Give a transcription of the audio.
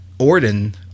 Orden